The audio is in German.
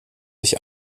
sich